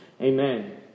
Amen